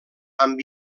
amb